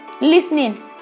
listening